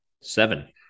Seven